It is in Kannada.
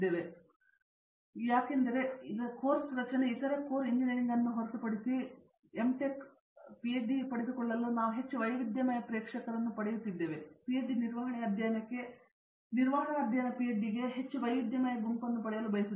ನಾವು ಕೋರ್ಸ್ ರಚನೆಯನ್ನು ಬಲಪಡಿಸುತ್ತಿದ್ದೇವೆ ಏಕೆಂದರೆ ಇಲಾಖೆ ಕೋರ್ಸ್ ರಚನೆ ಇತರ ಕೋರ್ ಇಂಜಿನಿಯರಿಂಗ್ ಅನ್ನು ಹೊರತುಪಡಿಸಿ ಕೋರ್ ಎಮ್ಟೆಕ್ ಅನ್ನು ಪಿಎಚ್ಡಿಗೆ ಪಡೆದುಕೊಳ್ಳಲು ನಾವು ಹೆಚ್ಚು ವೈವಿಧ್ಯಮಯ ಪ್ರೇಕ್ಷಕರನ್ನು ಪಡೆಯುತ್ತೇವೆ ನಾವು ಪಿಎಚ್ಡಿ ನಿರ್ವಹಣೆ ಅಧ್ಯಯನಕ್ಕೆ ಹೆಚ್ಚು ವೈವಿಧ್ಯಮಯ ಗುಂಪನ್ನು ಪಡೆಯಲು ಬಯಸುತ್ತೇವೆ